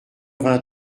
vingt